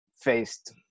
faced